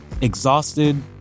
exhausted